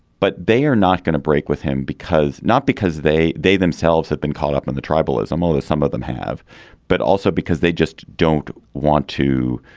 but they are not going to break with him because not because they they themselves have been caught up in the tribalism although some of them have but also because they just don't want to.